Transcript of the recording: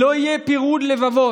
שלא יהיה פירוד לבבות.